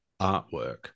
artwork